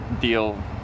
deal